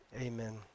Amen